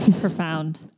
Profound